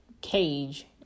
cage